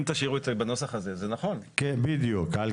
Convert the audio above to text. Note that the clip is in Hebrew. אם תשאירו את זה בנוסח הזה, זה נכון.